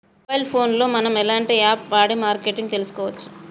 Mobile phone లో మనం ఎలాంటి యాప్ వాడి మార్కెటింగ్ తెలుసుకోవచ్చు?